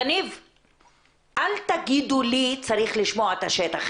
אל תגידו לי צריך לשמוע את השטח.